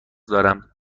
دارم